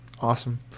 awesome